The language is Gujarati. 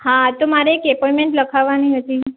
હા તો મારે એક એપોઈમેંટ લખાવવાની હતી